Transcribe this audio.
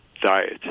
diet